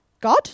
God